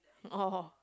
oh oh